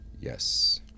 Yes